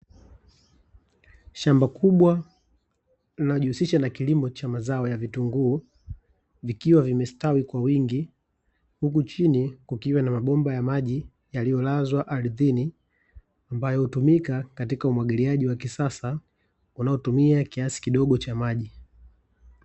Shamba kubwa linalo jihusisha na mazao ya vitunguu vikiwa vimestawi kwa wingi, huku chini kukiwa na mabomba ya maji yaliyo lazwa ardhini, ambayo hutumika katika umwagiliaji wa kisasa unao tumia kiasi kidogo cha maji.